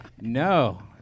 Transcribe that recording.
No